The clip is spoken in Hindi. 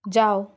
जाओ